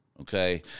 okay